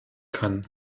kann